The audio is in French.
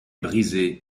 brisé